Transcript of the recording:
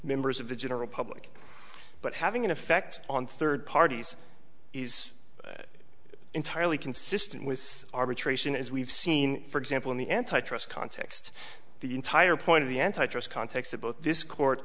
members of the general public but having an effect on third parties is entirely consistent with arbitration as we've seen for example in the antitrust context the entire point of the antitrust context of both this court